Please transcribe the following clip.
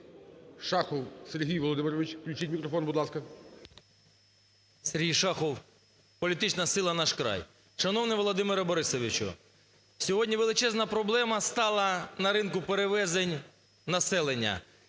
Шахов Сергій Володимирович. Включіть мікрофон, будь ласка. 10:25:02 ШАХОВ С.В. Сергій Шахов, політична сила "Наш край". Шановний Володимире Борисовичу, сьогодні величезна проблема стала на ринку перевезень населення.